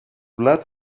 blat